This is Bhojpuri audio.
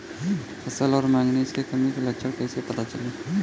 फसल पर मैगनीज के कमी के लक्षण कइसे पता चली?